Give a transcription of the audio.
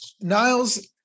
Niles